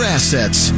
Assets